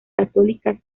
católicas